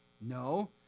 No